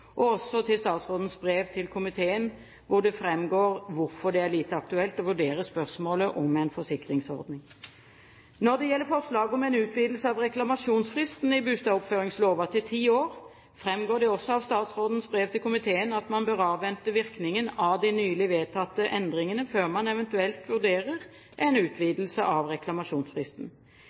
og også til statsrådens brev til komiteen, hvor det framgår hvorfor det er lite aktuelt å vurdere spørsmålet om en forsikringsordning. Når det gjelder forslaget om en utvidelse av reklamasjonsfristen i bustadoppføringslova til ti år, framgår det av statsrådens brev til komiteen at man bør avvente virkningen av de nylig vedtatte endringene før man eventuelt vurderer en utvidelse av reklamasjonsfristen.